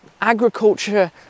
agriculture